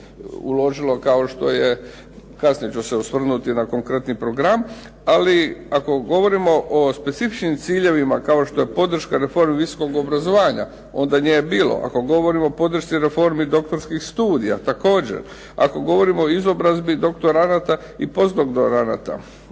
uložilo kao što je, kasnije ću se osvrnuti na konkretni program. Ali ako govorimo o specifičnim ciljevima kao što je podrška reforme visokog obrazovanja onda nije bilo, ako govorimo o podršci reformi doktorskih studija, također, ako govorimo o izobrazbi doktoranata i potdoktoranata,